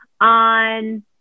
on